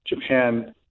Japan